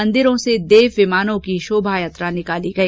मंदिरों से देव विमान की शोभायात्रा भी निकाली गई